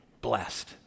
Blessed